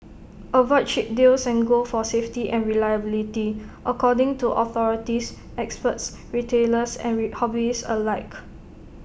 avoid cheap deals and go for safety and reliability according to authorities experts retailers and hobbyists alike